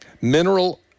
mineral